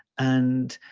and